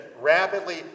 rapidly